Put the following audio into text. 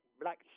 black